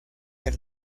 del